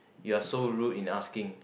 you're so rude in asking